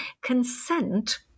consent